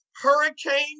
Hurricane